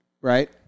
right